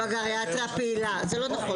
זה לא נכון.